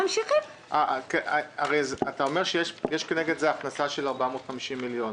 הרי אתה אומר שיש כנגד זה הכנסה של 450 מיליון.